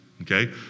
okay